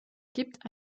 gibt